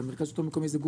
המרכז לשלטון מקומי זה לא